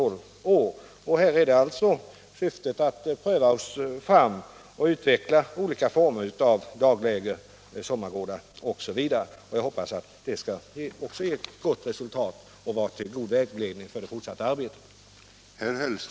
Syftet med detta är att vi skall pröva oss fram och utveckla olika former av dagläger, sommargårdar osv. Jag hoppas att detta också skall ge ett gott resultat och vara till vägledning för det fortsatta arbetet.